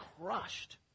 crushed